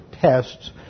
tests